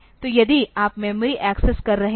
तो यदि आप मेमोरी एक्सेस कर रहे हैं